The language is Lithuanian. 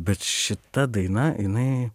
bet šita daina jinai